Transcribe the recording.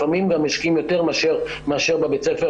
לפעמים משקיעים יותר מאשר בבית הספר